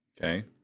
Okay